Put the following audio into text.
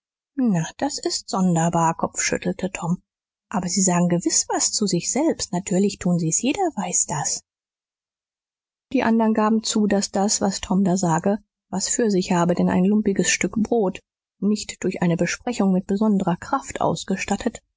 na das ist sonderbar kopfschüttelte tom aber sie sagen gewiß was zu sich selbst natürlich tun sie's jeder weiß das die anderen gaben zu daß das was tom da sage was für sich habe denn ein lumpiges stück brot nicht durch eine besprechung mit besonderer kraft ausgestattet